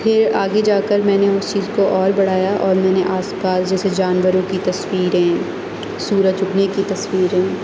پھر آگے جا کر میں نے اس چیز کو اور بڑھایا اور میں نے آس پاس جیسے جانوروں کی تصویریں سورج اگنے کی تصویریں